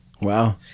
Wow